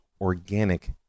organic